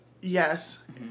Yes